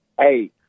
hey